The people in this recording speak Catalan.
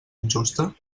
injusta